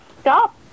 stop